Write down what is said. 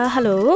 Hello